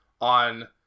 on